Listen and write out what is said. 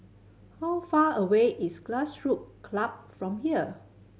how far away is Grassroot Club from here